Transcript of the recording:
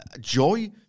joy